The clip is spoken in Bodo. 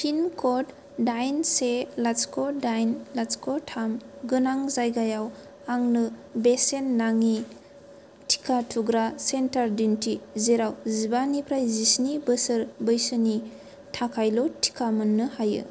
पिन कड दाइन से लाथिख' दाइन लाथिख' थाम गोनां जायगायाव आंनो बेसेन नाङि टिका थुग्रा सेन्टार दिन्थि जेराव जिबा निफ्राय जिस्नि बोसोर बैसोनि थाखायल' टिका मोन्नो हायो